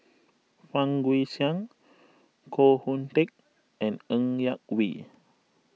Fang Guixiang Koh Hoon Teck and Ng Yak Whee